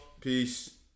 Peace